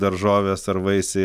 daržovės ar vaisiai